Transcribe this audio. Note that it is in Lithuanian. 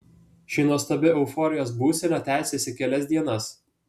ši nuostabi euforijos būsena tęsėsi kelias dienas